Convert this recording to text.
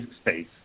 space